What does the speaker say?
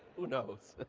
who knows.